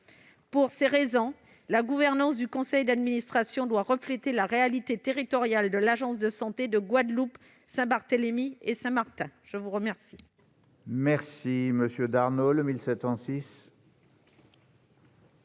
Pour ces raisons, la gouvernance du conseil d'administration doit refléter la réalité territoriale de l'agence de santé de Guadeloupe, Saint-Barthélemy et Saint-Martin. L'amendement